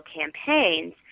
campaigns